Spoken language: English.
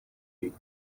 you